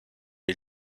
est